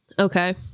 Okay